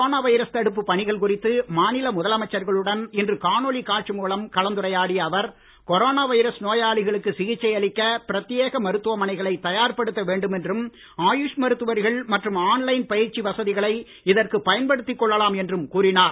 corona virus தடுப்பு பணிகள் குறித்து மாநில முதலமைச்சர்களுடன் இன்று காணொலி காட்சி மூலம் கலந்துரையாடிய அவர் கொரோனா வைரஸ் நோயாளிகளுக்கு சிகிச்சை அளிக்க பிரத்யேக மருத்துவமனைகளை தயார் படுத்த வேண்டும் என்றும் ஆயுஷ் மருத்துவர்கள் மற்றும் ஆன் லைன் பயிற்சி வசதிகளை இதற்கு பயன்படுத்திக் கொள்ளலாம் என்றும் கூறினார்